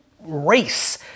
race